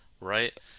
Right